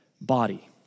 body